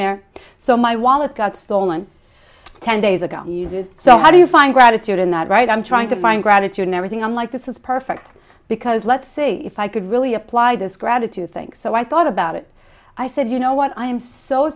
there so my wallet got stolen ten days ago so how do you find gratitude in that right i'm trying to find gratitude in everything i'm like this is perfect because let's see if i could really apply this gratitude think so i thought about it i said you know what i am so